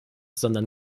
sondern